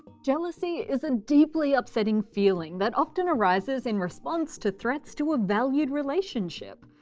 jealousy is a deeply upsetting feeling that often arises in response to threats to a valued relationship.